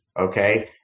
okay